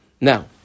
Now